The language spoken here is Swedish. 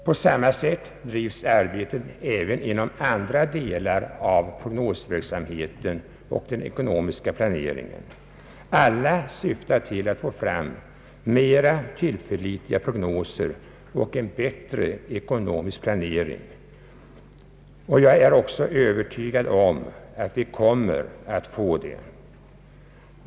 På samma sätt bedrivs arbetet även inom andra delar av prognosverksam heten och den ekonomiska planeringen. Allt syftar till att få fram mera tillförlitliga prognoser och en än bättre ekonomisk planering. Jag är också övertygad om att vi kommer att få det.